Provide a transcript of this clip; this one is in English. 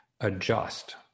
adjust